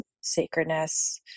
sacredness